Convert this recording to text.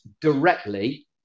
directly